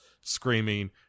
screaming